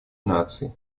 наций